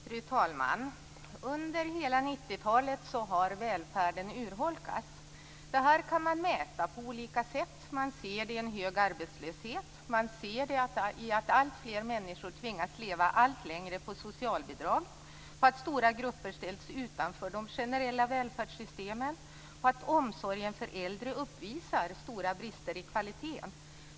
Fru talman! Under hela 90-talet har välfärden urholkats. Detta kan man mäta på olika sätt. Man ser det i en hög arbetslöshet. Man ser det i att alltfler människor tvingas leva allt längre på socialbidrag, på att stora grupper ställs utanför de generella välfärdssystemen och på att omsorgen för äldre uppvisar stora brister i kvaliteten.